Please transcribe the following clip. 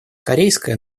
корейская